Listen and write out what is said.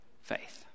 faith